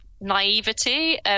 naivety